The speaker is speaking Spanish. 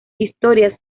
historias